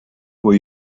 will